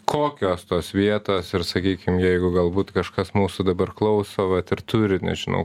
kokios tos vietos ir sakykim jeigu galbūt kažkas mūsų dabar klauso vat ir turi nežinau